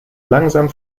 langsam